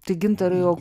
tai gintarai o